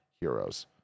Heroes